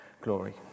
glory